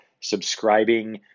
subscribing